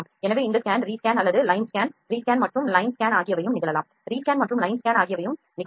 எனவே இந்த scan rescan அல்லது லைன் ஸ்கேன் reஸ்கான் மற்றும் லைன் ஸ்கேன் ஆகியவையும் நிகழலாம்